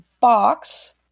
box